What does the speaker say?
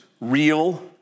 real